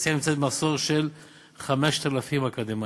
והתעשייה נמצאת במחסור של 5,000 אקדמאים.